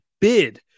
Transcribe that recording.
bid